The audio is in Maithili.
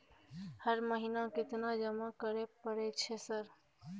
हर महीना केतना जमा करे परय छै सर?